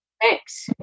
Thanks